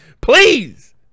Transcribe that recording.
PLEASE